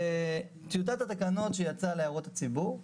בטיוטת התקנות שיצאה להערות הציבור,